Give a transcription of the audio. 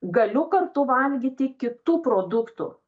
galiu kartu valgyti kitų produktų